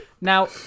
now